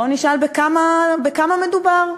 בואו נשאל בכמה מדובר.